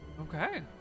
Okay